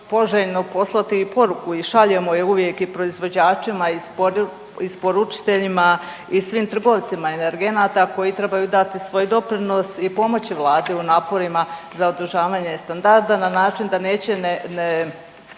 poželjno poslati i poruku i šaljemo je uvijek i proizvođačima isporučiteljima i svim trgovcima energenata koji trebaju dati svoj doprinos i pomoći Vladi u naporima za održavanje standarda na način da neće